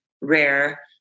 rare